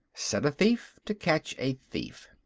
set a thief to catch a thief.